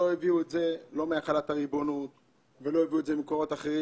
לא הביאו את זה מהחלת הריבונות או ממקורות אחרים.